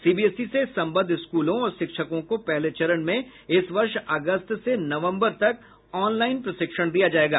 CBSE से संबंद्व स्कूलों और शिक्षकों को पहले चरण में इस वर्ष अगस्त से नवम्बर तक ऑनलाइन प्रशिक्षण दिया जाएगा